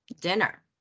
dinner